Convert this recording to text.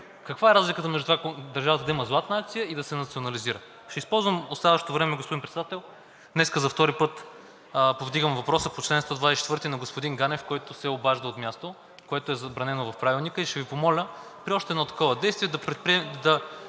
каква е разликата между това държавата да има златна акция и да се национализира. Ще използвам останалото време, господин Председател, днес за втори път повдигам въпроса по чл. 124 на господин Ганев, който се обажда от място, което е забранено в Правилника, и ще Ви помоля при още едно такова действие да последвате